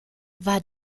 war